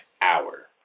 hour